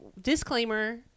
disclaimer